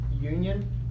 union